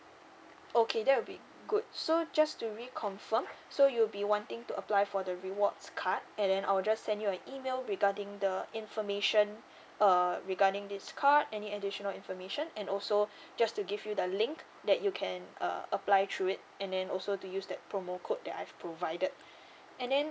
okay that would be good so just to reconfirm so you'll be wanting to apply for the rewards card and then I'll just send you an email regarding the information uh regarding this card any additional information and also just to give you the link that you can uh apply through it and then also to use the promo code that I've provided and then